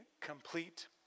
complete